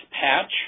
patch